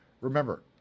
Remember